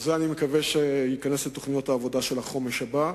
אני מקווה שזה ייכנס לתוכניות העבודה של החומש הבא.